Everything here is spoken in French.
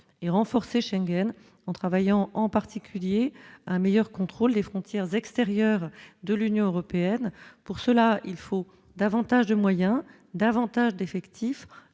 et renforcer Schengen en travaillant, en particulier un meilleur contrôle des frontières extérieures de l'Union européenne pour cela, il faut davantage de moyens, davantage d'effectifs,